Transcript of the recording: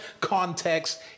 context